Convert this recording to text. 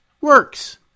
works